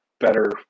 better